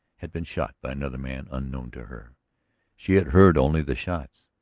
had been shot by another man unknown to her she had heard only the shots,